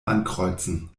ankreuzen